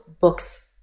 books